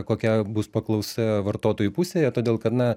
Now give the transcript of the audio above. kokia bus paklausa vartotojų pusėje todėl kad na